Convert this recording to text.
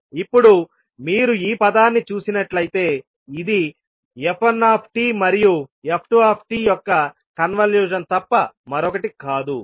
ఇప్పుడు మీరు ఈ పదాన్ని చూసినట్లయితే ఇది f1t మరియు f2t యొక్క కన్వల్యూషన్ తప్ప మరొకటి కాదు